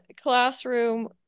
classroom